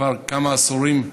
כבר כמה עשורים,